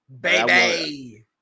Baby